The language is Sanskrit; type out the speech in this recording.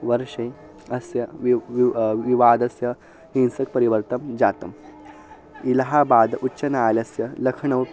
वर्षे अस्य विव् विव् विवादस्य हिंसकपरिवर्तनं जातम् इलहाबाद् उच्चन्यायालयस्य लखनौ